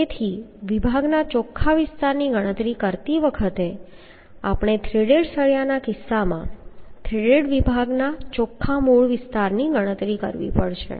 તેથી વિભાગના ચોખ્ખા વિસ્તારની ગણતરી કરતી વખતે આપણે થ્રેડેડ સળિયાના કિસ્સામાં થ્રેડેડ વિભાગના ચોખ્ખા મૂળ વિસ્તારની ગણતરી કરવી પડશે